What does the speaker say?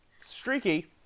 streaky